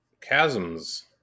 chasms